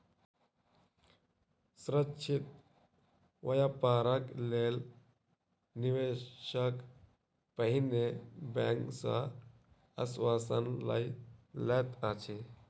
सुरक्षित व्यापारक लेल निवेशक पहिने बैंक सॅ आश्वासन लय लैत अछि